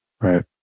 Right